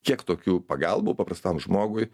kiek tokių pagalbų paprastam žmogui